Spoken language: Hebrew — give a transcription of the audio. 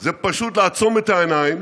זה פשוט לעצום את העיניים,